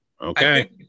Okay